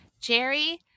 Jerry